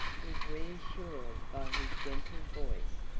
was reassured by his gentle voice,